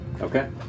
Okay